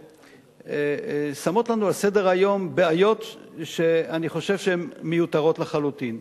ששמות לנו על סדר-היום בעיות שאני חושב שהן מיותרות לחלוטין.